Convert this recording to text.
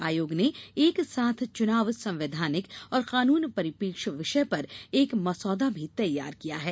आयोग ने एक साथ चुनाव संवैधानिक और कानून परिपेक्ष विषय पर एक मसौदा भी तैयार किया है